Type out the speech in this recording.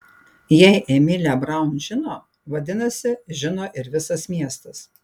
jei emilė braun žino vadinasi žino ir visas miestas